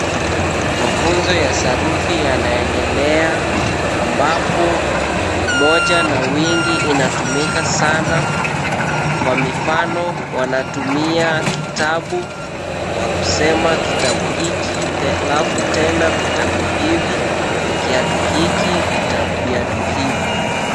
Mafunzo ya sarufi yanaendelea ambapo umoja na wingi inatumika sana. Kwa mifano wanatumia kitabu wa kusema kitabu hiki alafu tena vitabu hivi, kiatu hiki, viatu hivi.